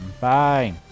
Bye